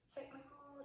Technical